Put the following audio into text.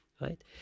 right